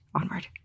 onward